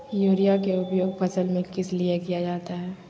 Urea के उपयोग फसल में किस लिए किया जाता है?